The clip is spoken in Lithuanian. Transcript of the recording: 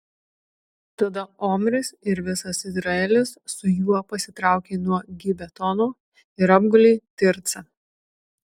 tada omris ir visas izraelis su juo pasitraukė nuo gibetono ir apgulė tircą